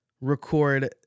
record